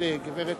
שיגור דבר